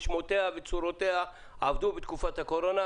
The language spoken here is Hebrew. שמותיה וצורותיה עבדו בתקופת הקורונה,